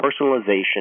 personalization